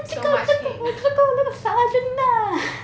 这个这个那个那个 sergeant lah